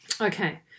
Okay